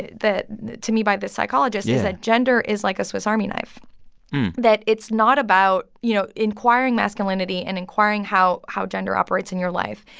that that to me by this psychologist. yeah. is that gender is like a swiss army knife that it's not about, you know, inquiring masculinity and inquiring how how gender operates in your life.